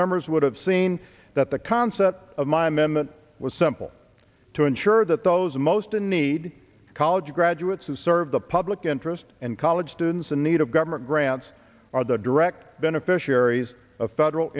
members would have seen that the concept of my m m it was simple to ensure that those most in need college graduates who serve the public interest and college students in need of government grants are the direct beneficiaries of federal